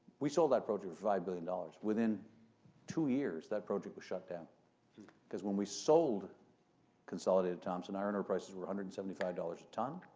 we sold that project for five billion dollars. within two years, that project was shut down because when we sold consolidated thompson, iron ore prices were one hundred and seventy five dollars a tonne.